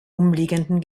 umliegenden